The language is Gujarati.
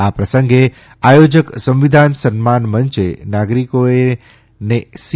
આ પ્રસંગે આયોજક સંવિધાન સન્માન મંચે નાગરીકોએ સી